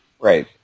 Right